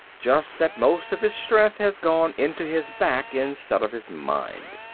just that most of his strength has gone into his back instead of his mind.